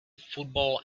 football